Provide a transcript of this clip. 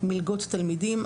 מלגות תלמידים,